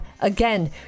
again